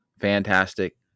fantastic